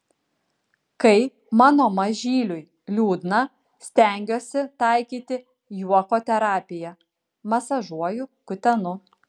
kai mano mažyliui liūdna stengiuosi taikyti juoko terapiją masažuoju kutenu